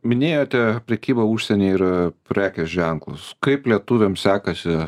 minėjote prekybą užsieny ir prekės ženklus kaip lietuviams sekasi